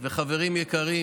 וחברים יקרים,